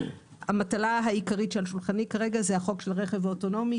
המטלה העיקרית שעל שולחני כרגע זה החוק של רכב אוטונומי,